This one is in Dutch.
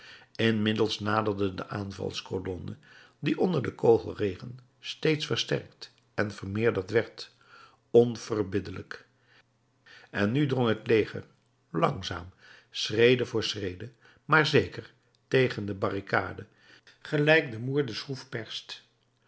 inmiddels naderde de aanvalscolonne die onder den kogelregen steeds versterkt en vermeerderd werd onverbiddelijk en nu drong het leger langzaam schrede voor schrede maar zeker tegen de barricade gelijk de moer de